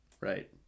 Right